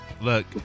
Look